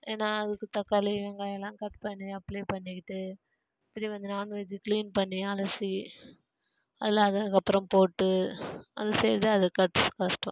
ஏன்னா அதுக்கு தக்காளி வெங்காயலாம் கட் பண்ணி அப்ளை பண்ணிக்கிட்டு திருப்பி அந்த நான்வெஜ்ஜு கிளீன் பண்ணி அலசி அதில் அதுக்கப்பறம் போட்டு அது செய்கிறது அது க கஷ்டம்